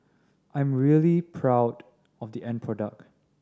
i am really proud of the end product